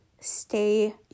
stay